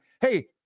hey